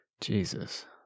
Jesus